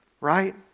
Right